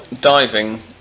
diving